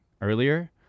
earlier